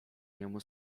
niemu